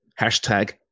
hashtag